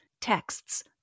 texts